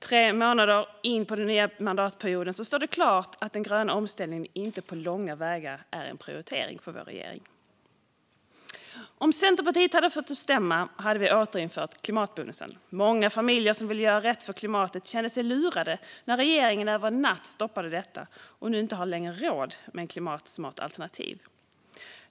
Tre månader in i den nya mandatperioden står det klart att den gröna omställningen inte på långa vägar är en prioritering för vår regering. Om Centerpartiet hade fått bestämma hade vi återinfört klimatbonusen. Många familjer som ville göra rätt val för klimatet kände sig lurade när regeringen över en natt stoppade detta och de nu inte längre har råd med ett klimatsmart alternativ.